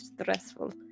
stressful